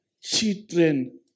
Children